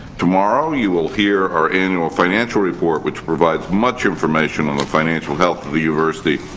tomorrow, you will hear our annual financial report, which provides much information on the financial health of the university,